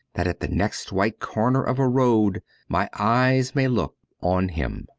that at the next white corner of a road my eyes may look on him.